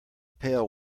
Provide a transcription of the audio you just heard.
pail